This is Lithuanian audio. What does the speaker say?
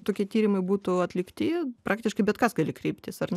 tokie tyrimai būtų atlikti praktiškai bet kas gali kreiptis ar ne